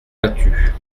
battues